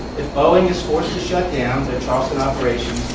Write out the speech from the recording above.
boeing is forced to shut down their charleston operations,